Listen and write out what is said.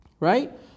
Right